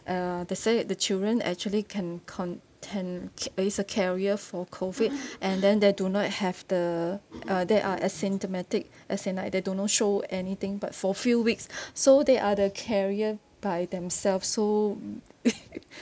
uh they say the children actually can contain c~ as a carrier for COVID and then they do not have the uh thy are asymptomatic as in like they do not show anything but for a few weeks so they are the carrier by themselves so